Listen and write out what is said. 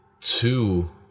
two